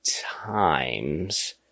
times